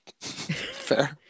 Fair